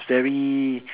very